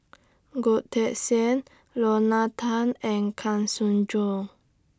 Goh Teck Sian Lorna Tan and Kang Siong Joo